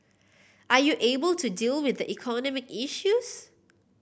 are you able to deal with the economic issues